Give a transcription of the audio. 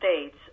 States